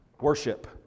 worship